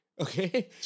okay